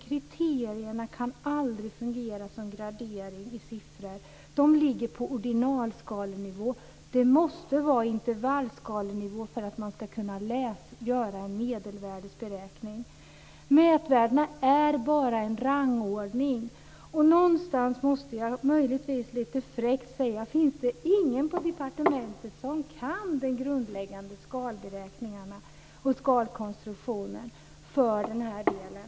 Kriterierna kan aldrig fungera som gradering i siffror. De ligger på ordinalskalenivå. Det måste vara intervallskalenivå för att man ska kunna göra en medelvärdesberäkning. Mätvärdena är bara en rangordning. Jag måste fråga, möjligtvis lite fräckt: Finns det ingen på departementet som behärskar de grundläggande skalberäkningarna och skalkonstruktionen för den här delen?